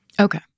Okay